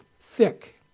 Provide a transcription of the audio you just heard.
thick